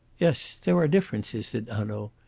yes, there are differences, said hanaud.